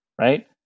right